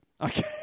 Okay